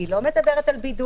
היא לא מדברת על בידוד,